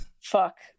fuck